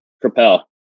Propel